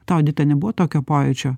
tau edita nebuvo tokio pojūčio